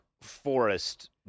Forest